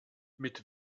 mit